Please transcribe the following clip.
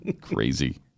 Crazy